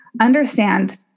understand